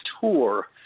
tour